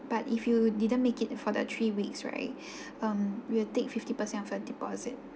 but if you didn't make it for the three weeks right um we'll take fifty percent of a deposit